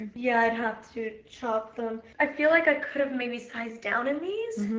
yeah, i'd have to chop them. i feel like i could have maybe sized down in these.